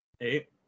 Eight